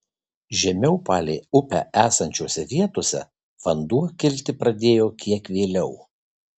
žemiau palei upę esančiose vietose vanduo kilti pradėjo kiek vėliau